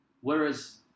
whereas